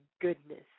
goodness